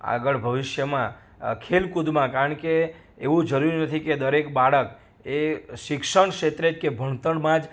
આગળ ભવિષ્યમાં ખેલકૂદમાં કારણકે એવું જરૂરી નથી કે દરેક બાળક એ શિક્ષણ ક્ષેત્રે જ કે ભણતરમાં જ